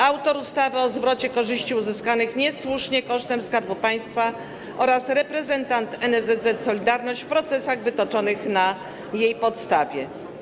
Autor ustawy o zwrocie korzyści uzyskanych niesłusznie kosztem Skarbu Państwa oraz reprezentant NSZZ „Solidarność” w procesach wytoczonych na jej podstawie.